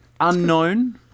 unknown